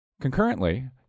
Concurrently